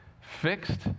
fixed